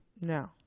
No